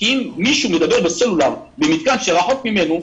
אם מישהו מדבר בסלולר ממתקן שרחוק ממנו,